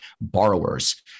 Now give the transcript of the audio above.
borrowers